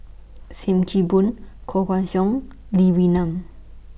SIM Kee Boon Koh Guan Song Lee Wee Nam